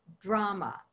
drama